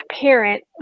parent